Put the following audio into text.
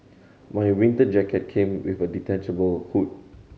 my winter jacket came with a detachable hood